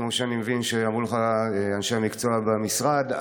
כמו שאני מבין שאמרו לך אנשי המקצוע במשרד,